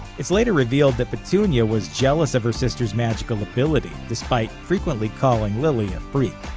is later revealed that petunia was jealous of her sister's magical ability, despite frequently calling lily a freak.